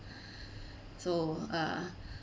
so uh